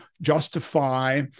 justify